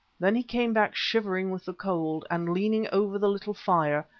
then he came back shivering with the cold, and, leaning over the little fire,